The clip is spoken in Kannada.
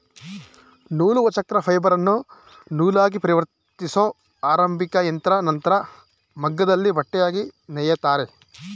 ನೂಲುವಚಕ್ರ ಫೈಬರನ್ನು ನೂಲಾಗಿಪರಿವರ್ತಿಸೊ ಆರಂಭಿಕಯಂತ್ರ ನಂತ್ರ ಮಗ್ಗದಲ್ಲಿ ಬಟ್ಟೆಯಾಗಿ ನೇಯ್ತಾರೆ